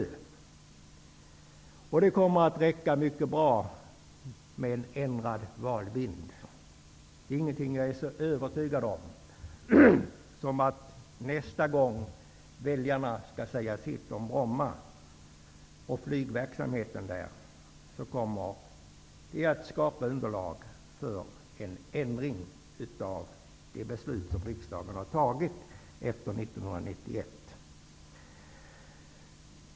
Det kommer att räcka mycket bra med en ändrad valvind. Det finns inget som jag är så övertygad om som att nästa gång väljarna skall säga sitt om Bromma och flygverksamheten där, kommer det att skapa underlag för en ändring av det beslut som riksdagen har fattat efter 1991.